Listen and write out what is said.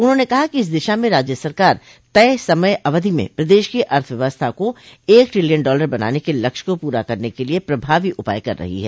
उन्होंने कहा कि इस दिशा में राज्य सरकार तय समय अवधि में प्रदेश की अर्थ व्यवस्था को एक ट्रिलियन डॉलर बनाने के लक्ष्य को पूरा करने के लिये प्रभावी उपाय कर रही है